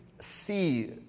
see